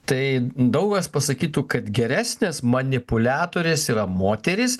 tai daug kas pasakytų kad geresnės manipuliatorės yra moterys